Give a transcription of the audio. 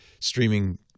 streaming